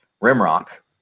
Rimrock